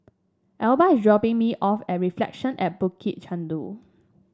Elba is dropping me off at Reflection at Bukit Chandu